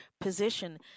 position